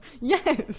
Yes